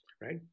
right